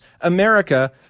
America